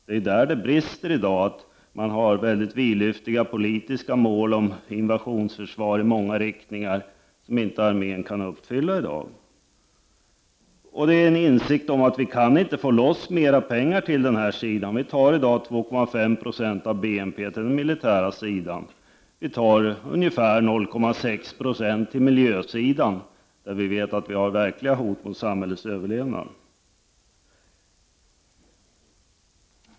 I dag brister det genom att det finns vidlyftiga politiska mål om invasionsförsvar i många olika riktningar som armén i dag inte kan uppfylla. Det råder en insikt om att det går inte att få loss mera pengar till detta. I dag går 2,5 20 av BNP till det militära, och ungefär 0,6 96 går till miljön — och där vet vi att det finns verkliga hot mot samhällets överlevnad.